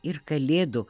ir kalėdų